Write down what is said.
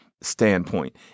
standpoint